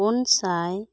ᱯᱩᱱ ᱥᱟᱭ